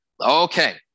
Okay